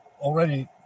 already